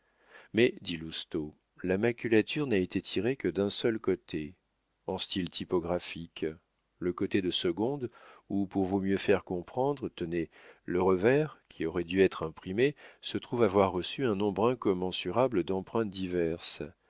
mais dit lousteau la maculature n'a été tirée que d'un seul côté en style typographique le côté de seconde ou pour vous mieux faire comprendre tenez le revers qui aurait dû être imprimé se trouve avoir reçu un nombre incommensurable d'empreintes diverses